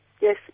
Yes